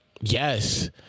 Yes